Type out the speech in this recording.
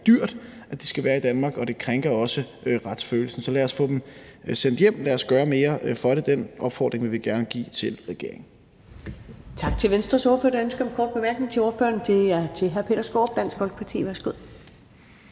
dyrt, at det skal være i Danmark, og det krænker retsfølelsen. Så lad os få dem sendt hjem. Lad os gøre mere for det. Den opfordring vil vi gerne give til regeringen.